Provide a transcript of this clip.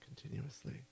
continuously